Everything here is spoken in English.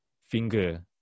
finger